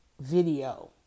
video